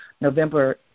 November